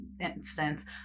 instance